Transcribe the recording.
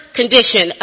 condition